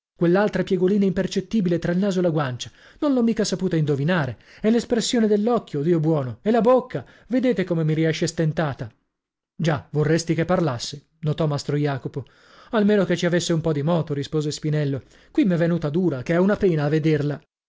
quell'altra piegolina impercettibile tra il naso e la guancia non l'ho mica saputa indovinare e l'espressione dell'occhio dio buono e la bocca vedete come mi riesce stentata già vorresti che parlasse notò mastro jacopo almeno che ci avesse un po di moto rispose spinello qui m'è venuta dura che è una pena a vederla